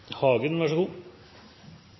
Hagen er så